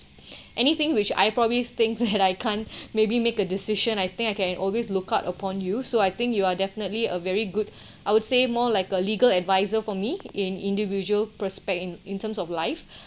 anything which I probably think that I can't maybe make a decision I think I can always look up upon you so I think you are definitely a very good I would say more like a legal advisor for me in individual prospect in in terms of life